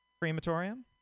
crematorium